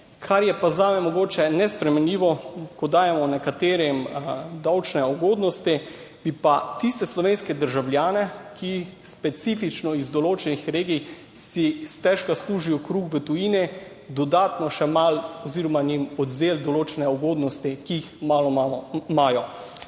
Kar je pa zame mogoče nesprejemljivo, ko dajemo nekaterim davčne ugodnosti, bi pa tiste slovenske državljane, ki specifično iz določenih regij, si stežka služijo kruh v tujini, dodatno še malo oziroma jim odvzeli določene ugodnosti, ki jih malo.